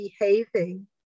behaving